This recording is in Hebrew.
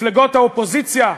מפלגות האופוזיציה: